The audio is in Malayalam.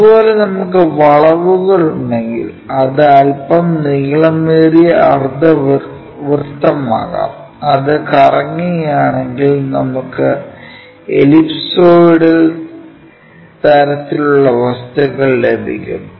അതുപോലെ നമുക്ക് വളവുകൾ ഉണ്ടെങ്കിൽ അത് അല്പം നീളമേറിയ അർദ്ധവൃത്തമാകാം അത് കറങ്ങുകയാണെങ്കിൽ നമുക്ക് എലിപ്സോയിഡൽ തരത്തിലുള്ള വസ്തുക്കൾ ലഭിക്കും